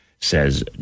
says